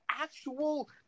actual